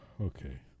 okay